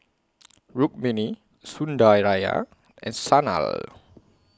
Rukmini Sundaraiah and Sanal